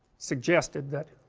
suggested that